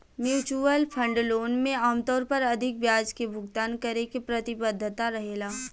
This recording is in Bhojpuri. म्युचुअल फंड लोन में आमतौर पर अधिक ब्याज के भुगतान करे के प्रतिबद्धता रहेला